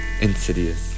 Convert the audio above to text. Insidious